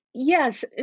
Yes